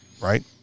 right